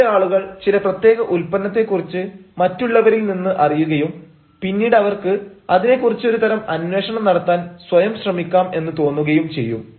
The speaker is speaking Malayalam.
ചില ആളുകൾ ചില പ്രത്യേക ഉൽപ്പന്നത്തെ കുറിച്ച് മറ്റുള്ളവരിൽ നിന്ന് അറിയുകയും പിന്നീട് അവർക്ക് അതിനെക്കുറിച്ച് ഒരു തരം അന്വേഷണം നടത്താൻ സ്വയം ശ്രമിക്കാം എന്ന് തോന്നുകയും ചെയ്യും